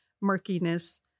murkiness